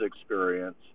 experience